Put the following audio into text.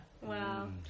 Wow